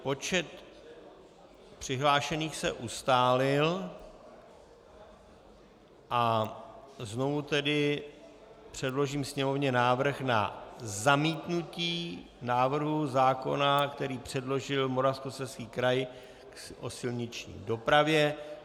Počet přihlášených se ustálil, a znovu tedy předložím sněmovně návrh na zamítnutí návrhu zákona, který předložil Moravskoslezský kraj o silniční dopravě.